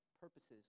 purposes